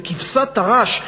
זה כבשת הרש.